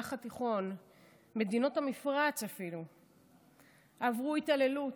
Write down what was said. המזרח התיכון ואפילו מדינות המפרץ עברו התעללות: